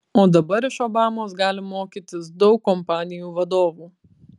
o dabar iš obamos gali mokytis daug kompanijų vadovų